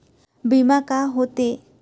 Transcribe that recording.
बीमा का होते?